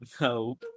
No